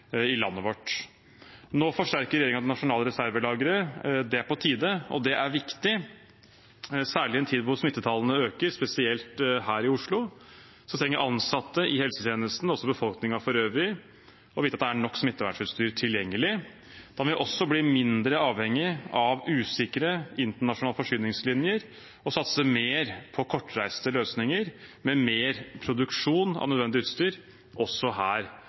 i landet vårt. Nå forsterker regjeringen det nasjonale reservelageret. Det er på tide, og det er viktig, særlig i en tid hvor smittetallene øker. Spesielt her i Oslo trenger ansatte i helsetjenesten og også befolkningen for øvrig å vite at det er nok smittevernutstyr tilgjengelig. Da må vi bli mindre avhengig av usikre internasjonale forsyningslinjer og satse mer på kortreiste løsninger med mer produksjon av nødvendig utstyr også her